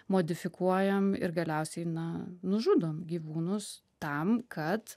modifikuojam ir galiausiai na nužudom gyvūnus tam kad